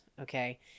Okay